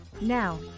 Now